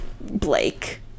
Blake